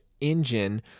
engine